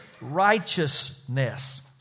righteousness